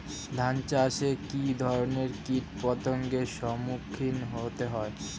ধান চাষে কী ধরনের কীট পতঙ্গের সম্মুখীন হতে হয়?